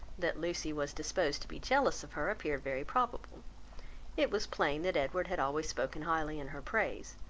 that lucy was disposed to be jealous of her appeared very probable it was plain that edward had always spoken highly in her praise,